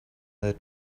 their